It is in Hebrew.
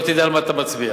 לא תדע על מה אתה מצביע.